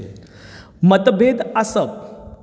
मतभेद आसप